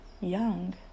young